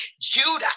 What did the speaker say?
Judah